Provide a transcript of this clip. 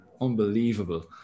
unbelievable